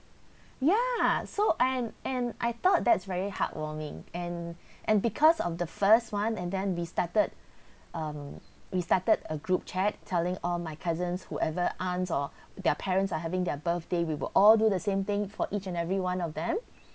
ya so and and I thought that's very heartwarming and and because of the first one and then we started um we started a group chat telling all my cousins whoever aunts or their parents are having their birthday we will all do the same thing for each and every one of them